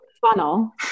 funnel